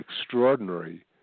extraordinary